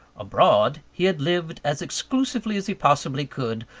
abroad, he had lived as exclusively as he possibly could,